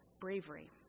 bravery